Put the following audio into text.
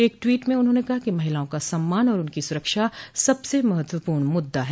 एक ट्वीट में उन्होंने कहा कि महिलाओं का सम्मान और उनकी सुरक्षा सबसे महत्वपूर्ण मुद्दा है